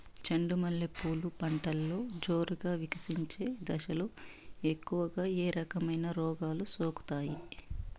చెండు మల్లె పూలు పంటలో జోరుగా వికసించే దశలో ఎక్కువగా ఏ రకమైన రోగాలు సోకుతాయి?